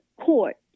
court